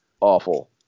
awful